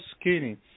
skinny